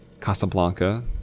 Casablanca